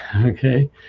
okay